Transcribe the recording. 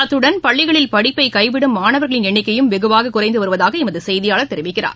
அத்துடன் பள்ளிகளில் படிப்பைகைவிடும் மாணவர்களின் எண்ணிக்கையும் வெகுவாககுறைந்துவருவதாகஎமதுசெய்தியாளர் தெரிவிக்கிறார்